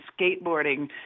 skateboarding